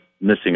missing